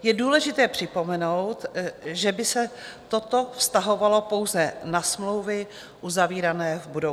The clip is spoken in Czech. Je důležité připomenout, že by se toto vztahovalo pouze na smlouvy uzavírané v budoucnu.